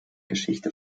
geschichte